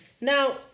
Now